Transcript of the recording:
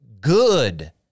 good